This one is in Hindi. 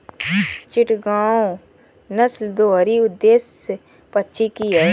चिटगांव नस्ल दोहरी उद्देश्य पक्षी की है